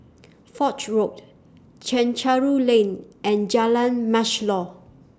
Foch Road Chencharu Lane and Jalan Mashhor